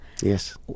Yes